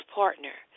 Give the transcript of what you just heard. partner